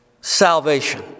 salvation